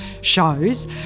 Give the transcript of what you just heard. shows